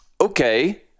okay